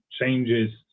changes